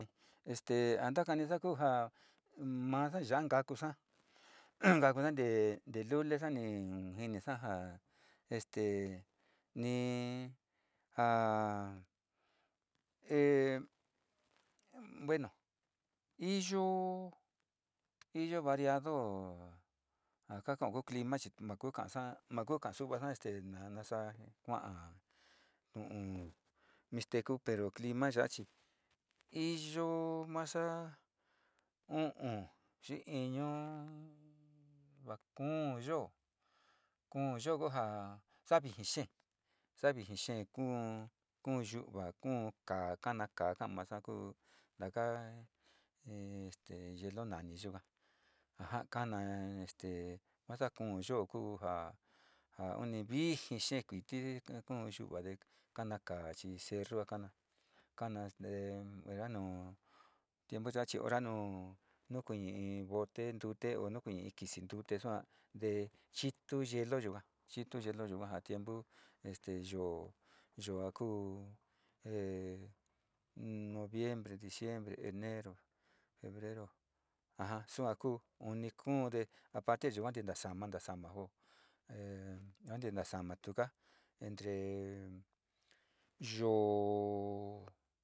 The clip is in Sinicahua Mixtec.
Este o ntakanisa ku ja, masa nyaa ni nkakusaz kakusa nte lulisa ni jinisa ja este ni ja e bueno, iyo variado ja kokao ku clima, chi ma ku kasa, ma ki kasu'uvasa este nasa kua'a tu'un mixtecu m, pero clima ya'a chi iyo masa u'u xi iñu va ku'u yoo, kuú yo ku ja ja sa'a vijii xee, sa'a vijii xee kuu yu'uva, kuu kaa, kana kaa ka'a masa ku ntaka in este hielo naani yuka, aja kana este, vasa kuu yoo kuu ja uni vijii xee kuiti nu kuu yu'uva te kanachi cerrua a kana, kana oroi nuu tiempu ya'a chi ora nu kuiñi bote ntute, kuiñi in kisi ntute, te suate chitu yelo yuka, chitu yelo yuka tiempu este yoo a ku, noviembre, diciembre, enero, febrero, aja sua ku uni kúú te aporta yua te nasama, nasama, majo e yua te sama tuka entre yoo.